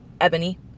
Ebony